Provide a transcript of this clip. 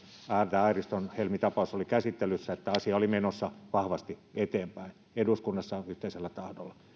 tämä airiston helmi tapaus oli käsittelyssä että asia oli menossa vahvasti eteenpäin eduskunnassa yhteisellä tahdolla